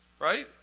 right